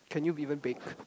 can you even bake